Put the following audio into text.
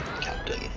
Captain